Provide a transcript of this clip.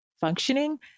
functioning